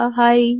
hi